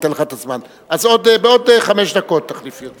בעוד חמש דקות תחליפי אותי.